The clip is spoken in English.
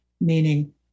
meaning